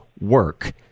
work